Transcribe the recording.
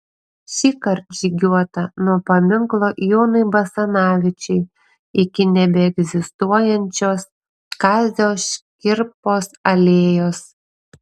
šįkart žygiuota nuo paminklo jonui basanavičiui iki nebeegzistuojančios kazio škirpos alėjos